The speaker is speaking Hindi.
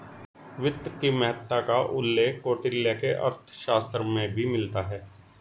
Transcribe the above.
वित्त की महत्ता का उल्लेख कौटिल्य के अर्थशास्त्र में भी मिलता है